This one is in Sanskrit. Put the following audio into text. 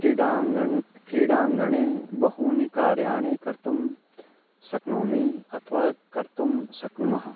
क्रीडाङ्गने क्रीडाङ्गने बहूनि कार्याणि कर्तुं शक्नोमि अथवा कर्तुं शक्नुमः